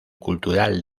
cultural